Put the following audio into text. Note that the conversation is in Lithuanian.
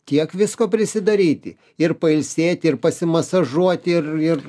tiek visko prisidaryti ir pailsėti ir pasimasažuoti ir ir